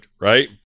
right